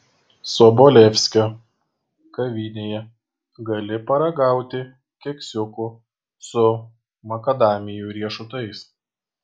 sobolevskio kavinėje gali paragauti keksiukų su makadamijų riešutais